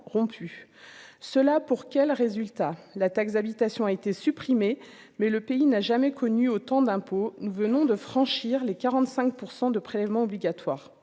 cela pour quel résultat : la taxe d'habitation a été supprimé, mais le pays n'a jamais connu autant d'impôts, nous venons de franchir les 45 % de prélèvements obligatoires,